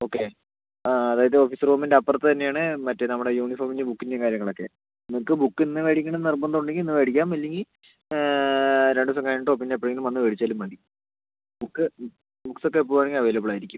okay ആ അതായത് office റൂമിൻ്റെ അപ്പുറത്ത് തന്നെ ആണ് മറ്റേ നമ്മുടെ യൂണിഫോമിൻ്റെ ബുക്കിൻ്റെ കാര്യങ്ങളൊക്കെ നിങ്ങൾക്ക് ബുക്ക് ഇന്ന് മേടിക്കണം നിർബന്ധം ഉണ്ടെങ്കിൽ ഇന്ന് മേടിക്കാം ഇല്ലെങ്കിൽ രണ്ട് ദിവസം കഴിഞ്ഞിട്ടോ പിന്നെ എപ്പോഴെങ്കിലും വന്ന് മേടിച്ചാലും മതി ബുക്ക് ബുക്ക്സ് ഒക്കെ എപ്പം വേണമെങ്കിലും അവൈലബിൾ ആയിരിക്കും